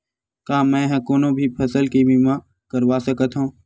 का मै ह कोनो भी फसल के बीमा करवा सकत हव?